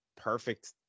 perfect